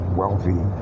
wealthy